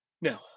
No